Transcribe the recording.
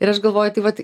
ir aš galvoju tai vat